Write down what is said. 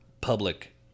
public